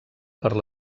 per